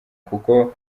kuko